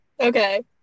okay